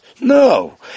No